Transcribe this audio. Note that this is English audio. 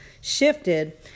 shifted